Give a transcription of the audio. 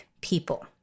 people